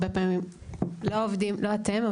לא אתם,